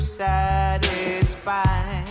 satisfied